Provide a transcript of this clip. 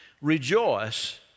Rejoice